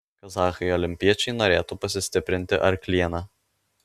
kazachai olimpiečiai norėtų pasistiprinti arkliena